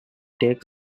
take